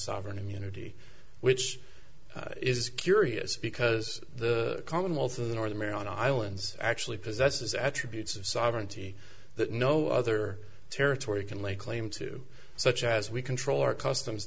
sovereign immunity which is curious because the commonwealth of the northern mariana islands actually possesses attributes of sovereignty that no other territory can lay claim to such as we control our customs